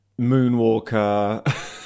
Moonwalker